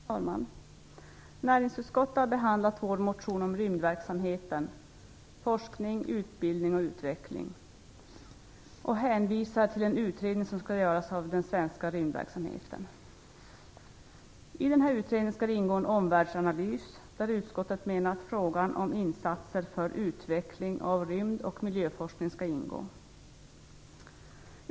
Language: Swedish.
Fru talman! Näringsutskottet har behandlat vår motion om rymdverksamheten, forskning utbildning och utveckling, och hänvisar till den utredning som skall göras om den svenska rymdverksamheten. I denna utredning skall ingå en omvärldsanalys, där utskottet menar att frågan om insatser för utveckling av rymd och miljöforskning skall ingå.